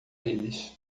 eles